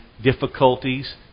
difficulties